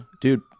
dude